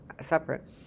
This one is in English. separate